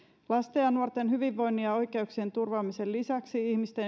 lasten ja nuorten hyvinvoinnin ja oikeuksien turvaamisen lisäksi ihmisten